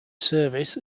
service